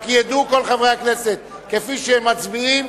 רק ידעו כל חברי הכנסת: כפי שהם מצביעים,